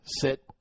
sit